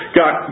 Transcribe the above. got